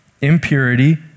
impurity